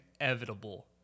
inevitable